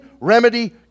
remedy